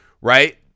right